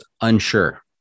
unsure